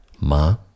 Ma